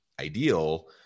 ideal